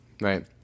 right